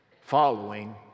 following